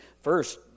first